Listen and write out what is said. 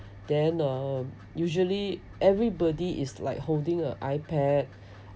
then uh usually everybody is like holding a ipad